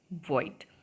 void